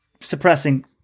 suppressing